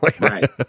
right